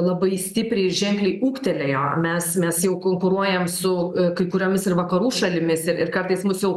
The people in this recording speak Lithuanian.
labai stipriai ženkliai ūgtelėjo mes mes jau konkuruojam su kai kuriomis ir vakarų šalimis ir ir kartais mus jau